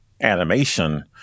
animation